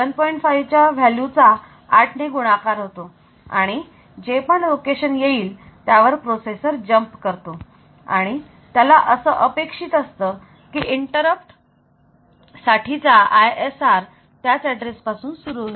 5 च्या व्हॅल्यू चा 8 ने गुणाकार होतो आणि जे पण लोकेशन येईल त्यावर प्रोसेसर जम्प करतो आणि त्याला असं अपेक्षित असतं की इंटरप्ट साठीचा ISR त्याच एड्रेस पासून सुरू होईल